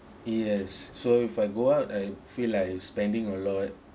yes so if I go out I feel like spending a lot